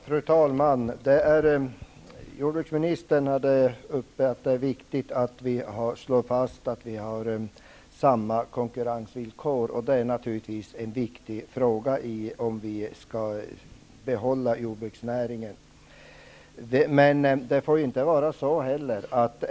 Fru talman! När jordbruksministern är uppe i talarstolen är det viktigt att slå fast att vi har samma konkurrensvillkor. Det är naturligtvis en viktig fråga huruvida vi skall behålla jordbruksnäringen.